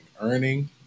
earning